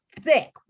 thick